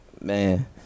Man